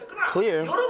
Clear